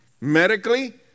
medically